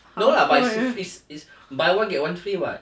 no lah but it's it's it's buy one get one free [what]